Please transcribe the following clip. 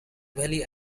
valley